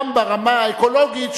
גם ברמה האקולוגית,